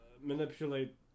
manipulate